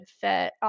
fit